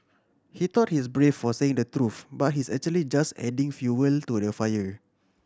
he thought he is brave for saying the truth but he's actually just adding fuel to the fire